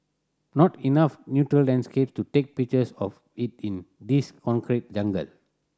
not enough natural landscape to take pictures of it in this concrete jungle